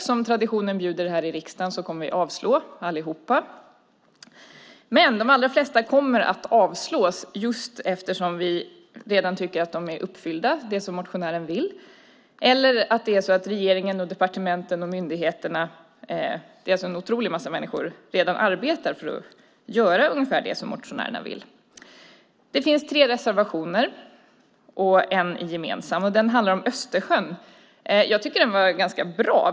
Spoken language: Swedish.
Som traditionen bjuder i riksdagen kommer samtliga att avslås. De allra flesta kommer att avslås för att vi anser att det som motionärerna vill redan är uppfyllt eller för att regeringen, departementen och myndigheterna - alltså en oerhörd massa människor - redan arbetar för att göra ungefär det som motionärerna vill. Det finns tre reservationer. En av dem är gemensam och handlar om Östersjön. Jag tycker att den är ganska bra.